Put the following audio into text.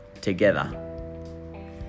together